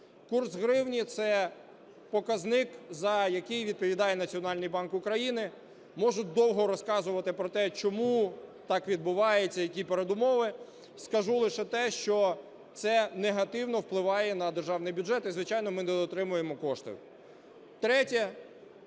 Курс гривні – це показник, за який відповідає Національний банк України. Можу довго розказувати, чому так відбувається і які передумови. Скажу лише те, що це негативно впливає на державний бюджет і, звичайно, ми недоотримуємо кошти.